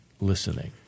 listening